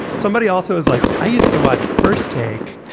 somebody also is like i used to watch first take,